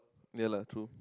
ya lah true